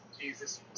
Jesus